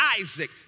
Isaac